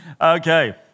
Okay